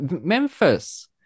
memphis